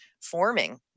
forming